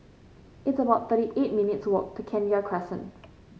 it's about thirty eight minutes' walk to Kenya Crescent